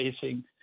facing –